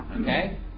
Okay